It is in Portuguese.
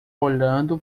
olhando